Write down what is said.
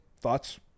Thoughts